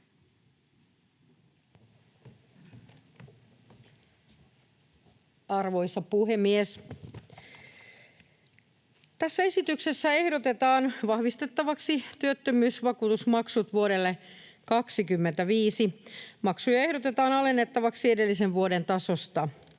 Arvoisa puhemies! Tässä esityksessä ehdotetaan vahvistettavaksi työttömyysvakuutusmaksut vuodelle 25. Maksuja ehdotetaan alennettavaksi edellisen vuoden tasosta.